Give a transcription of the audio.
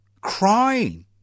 Crying